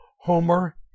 Homer